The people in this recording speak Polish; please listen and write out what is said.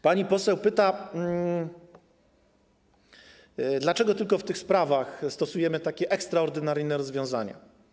Pani poseł pyta, dlaczego tylko w tych sprawach stosujemy takie ekstraordynaryjne rozwiązania.